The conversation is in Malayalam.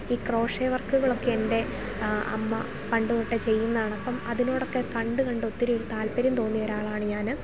ഈ ക്രോഷ്യോ വർക്കുകളൊക്കെ എൻ്റെ അമ്മ പണ്ട് തൊട്ടെ ചെയ്യുന്നതാണ് അപ്പം അതിനോടൊക്കെ കണ്ടു കണ്ടു ഒത്തിരി ഒരു താല്പര്യം തോന്നിയ ഒരാളാണ് ഞാൻ